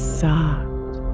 soft